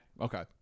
Okay